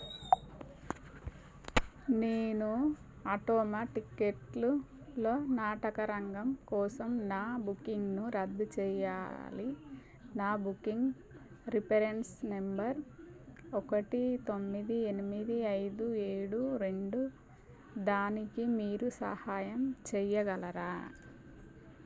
నేను ఆటోమ టిక్కెట్లు లో నాటకరంగం కోసం నా బుకింగ్ను రద్దు చేయాలి నా బుకింగ్ రిఫరెన్స్ నెంబర్ ఒకటి తొమ్మిది ఎనిమిది ఐదు ఏడు రెండు దానికి మీరు సహాయం చేయగలరా